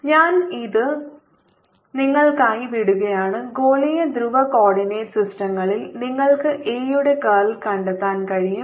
BA ഞാൻ ഈത് നിങ്ങൾക്കായി വിടുകയാണ് ഗോളീയ ധ്രുവ കോർഡിനേറ്റ് സിസ്റ്റങ്ങളിൽ നിങ്ങൾക്ക് എ യുടെ കർൾ കണ്ടെത്താൻ കഴിയും